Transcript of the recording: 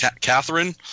Catherine